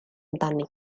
amdani